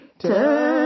turn